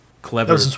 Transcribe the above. Clever